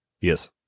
Yes